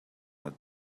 with